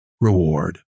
reward